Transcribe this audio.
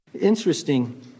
interesting